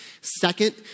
Second